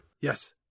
Yes